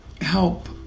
help